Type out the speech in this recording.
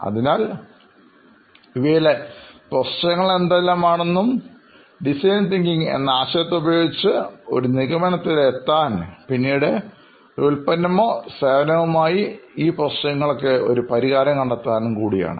അതിനാൽ ഇവയിലെ പ്രശ്നങ്ങൾ എന്തെല്ലാം ആണെന്നും ഡിസൈൻ തിങ്കിങ് എന്ന ആശയത്തെ ഉപയോഗിച്ച് ഒരു നിഗമനത്തിലെത്താൻ പിന്നീട് ഒരു ഉൽപ്പന്നമോ സേവനമോ വഴി ഈ പ്രശ്നങ്ങൾക്ക് ഒരു പരിഹാരം കണ്ടെത്താനും കൂടിയാണ്